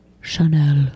Chanel